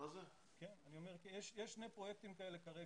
כרגע על הפרק יש שני פרויקטים כאלה.